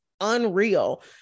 unreal